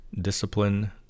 discipline